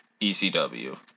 ecw